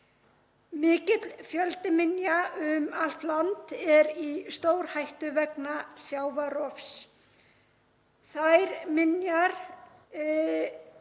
Mikill fjöldi minja um allt land er í stórhættu vegna sjávarrofs. Þær minjar sem